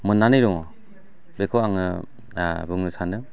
मोननानै दङ बेखौ आङो बुंनो सानो